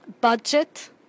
budget